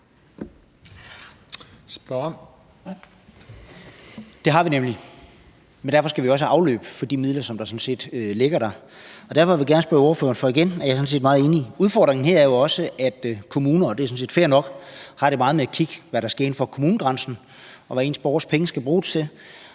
Det har vi nemlig, men derfor skal vi også have afløb for de midler, som der sådan set ligger der. Derfor vil jeg gerne spørge ordføreren om noget, for igen – og jeg er sådan set meget enig – er udfordringen her jo også, at kommunerne har det meget med at kigge på, hvad der sker inden for kommunegrænsen, og på, hvad deres borgeres penge skal bruges til,